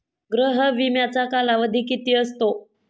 गृह विम्याचा कालावधी किती असतो?